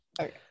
okay